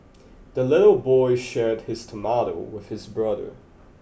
the little boy shared his tomato with his brother